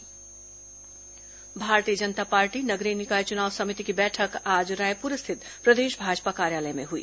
भाजपा बैठक भारतीय जनता पार्टी नगरीय निकाय चुनाव समिति की बैठक आज रायपुर स्थित प्रदेश भाजपा कार्यालय में हुई